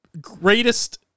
greatest